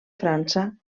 frança